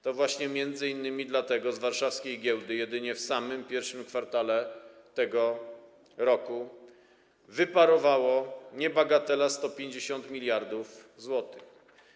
To właśnie m.in. dlatego z warszawskiej giełdy jedynie w samym pierwszym kwartale tego roku wyparowała niebagatelna suma 150 mld zł.